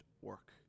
work